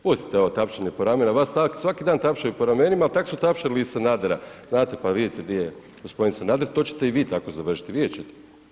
Pustite ovo tapšanje po ramenu, vas svaki dan tapšaju po ramenima, tak su tapšali i Sanadera, znate, pa vidite di je g. Sanader, to ćete i vi tako završiti, vidjet ćete.